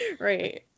Right